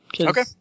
Okay